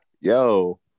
Yo